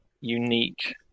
unique